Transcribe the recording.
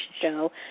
show